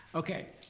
okay,